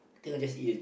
I think I'll just eat